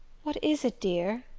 what is it, dear?